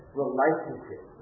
relationship